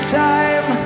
time